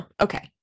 okay